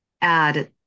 add